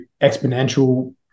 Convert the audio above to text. Exponential